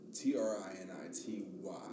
T-R-I-N-I-T-Y